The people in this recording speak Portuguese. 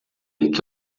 que